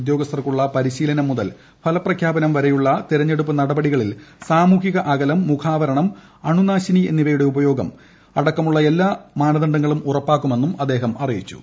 ഉദ്യോഗസ്ഥർക്കുള്ള പരിശീലനം മുതൽ ഫലപ്രഖ്യാപനം വരെയുള്ള തെരഞ്ഞെടുപ്പ് നടപടികളിൽ സാമൂഹിക അകലം മുഖാവരണം അണുനാശിനി എന്നിവയുടെ ഉപയോഗം അടക്കമുള്ള എല്ലാ കോവിഡ് മാനദണ്ഡങ്ങളും ഉറപ്പാക്കുമെന്നും അദ്ദേഹം അറിയിച്ചു